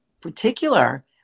particular